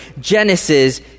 Genesis